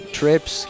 trips